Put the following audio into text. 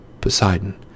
Poseidon